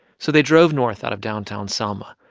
so they drove north out of downtown selma,